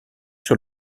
sur